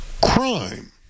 Crime